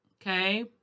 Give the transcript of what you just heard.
Okay